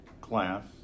class